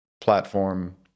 platform